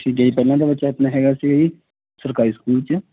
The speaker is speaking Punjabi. ਠੀਕ ਐ ਜੀ ਪਹਿਲਾਂ ਤਾਂ ਬੱਚਾ ਆਪਣਾ ਹੈਗਾ ਸੀ ਸਰਕਾਰੀ ਸਕੂਲ ਚ